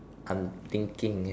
I'm thinking